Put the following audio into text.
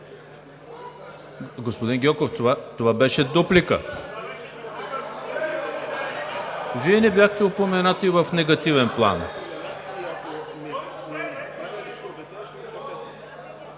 Господин Гьоков, това беше дуплика. Вие не бяхте упоменати в негативен план.